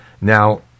Now